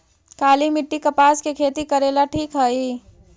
काली मिट्टी, कपास के खेती करेला ठिक हइ?